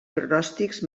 pronòstics